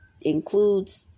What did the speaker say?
includes